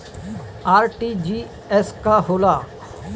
RTGS का होला?